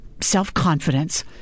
self-confidence